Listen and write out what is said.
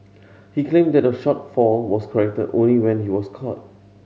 he claimed that the shortfall was corrected only when it was caught